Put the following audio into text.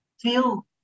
feel